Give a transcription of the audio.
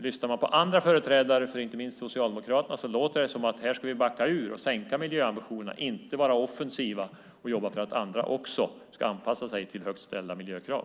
Lyssnar man på andra företrädare för inte minst Socialdemokraterna låter det som att här ska vi backa ur och sänka miljöambitionerna - inte vara offensiva och jobba för att andra också ska anpassa sig till högt ställda miljökrav.